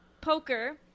poker